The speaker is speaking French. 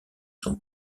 sont